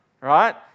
right